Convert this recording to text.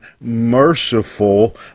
merciful